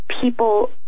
people